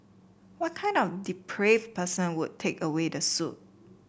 what kind of depraved person would take away the soup